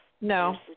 No